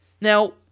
Now